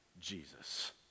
Jesus